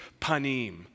panim